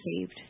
saved